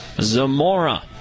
Zamora